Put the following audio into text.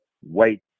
white